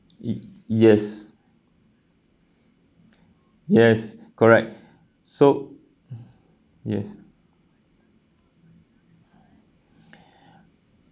yes yes correct so yes